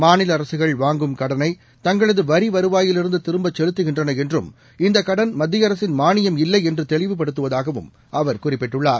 மாநில அரசுகள் வாங்கும் கடனை தங்களது வரிவருவாயிலிருந்து திரும்பச் செலுத்துகின்றள என்றும் இந்த கடன் மத்திய அரசின் மானியம் இல்லை என்று தெளிவுபடுத்துவதாகவும் அவர் குறிப்பிட்டுள்ளார்